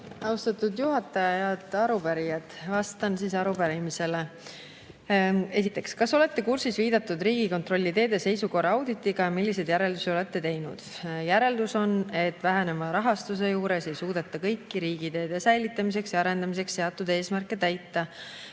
Austatud juhataja! Head arupärijad! Vastan arupärimisele. Esiteks, kas olete kursis viidatud Riigikontrolli teede seisukorra auditiga ja milliseid järeldusi olete teinud? Järeldus on, et väheneva rahastuse juures ei suudeta kõiki riigiteede säilitamiseks ja arendamiseks seatud eesmärke täita.